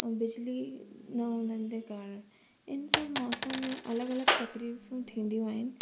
ऐं बिजली न हुजण जे कारण इन सभु मौसम में अलॻि अलॻि तकरीफ़ूं थींदियूं आहिनि